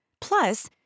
Plus